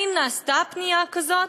האם נעשתה פנייה כזאת?